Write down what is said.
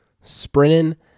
sprinting